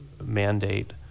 mandate